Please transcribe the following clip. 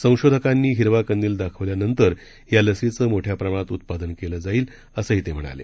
संशोधकांनी हिरवा कंदिल दाखवल्यानंतर या लसीचे मोठ्या प्रमाणात उत्पादन करण्यात येईल असंही ते म्हणाले